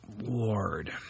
Ward